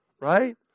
right